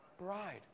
bride